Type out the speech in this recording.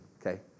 Okay